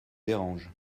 dérange